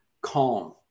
calm